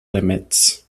limits